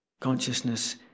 Consciousness